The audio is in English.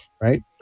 right